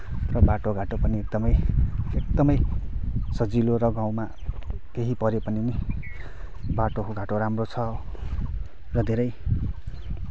र बाटो घाटो पनि एकदमै एकदमै सजिलो र गाउँमा केही पऱ्यो भने पनि बाटो घाटो राम्रो छ र धेरै